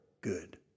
good